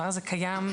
קיים,